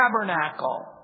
tabernacle